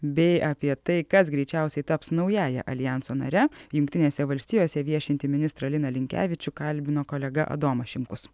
bei apie tai kas greičiausiai taps naująja aljanso nare jungtinėse valstijose viešintį ministrą liną linkevičių kalbino kolega adomas šimkus